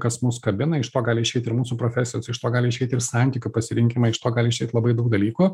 kas mus kabina iš to gali išeit ir mūsų profesijos iš to gali išeiti ir santykių pasirinkimai iš to gali išeit labai daug dalykų